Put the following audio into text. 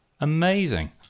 Amazing